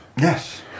Yes